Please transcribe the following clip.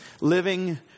living